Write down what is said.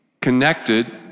connected